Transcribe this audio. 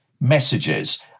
messages